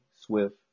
Swift